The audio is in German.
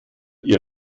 ihr